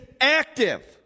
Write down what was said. active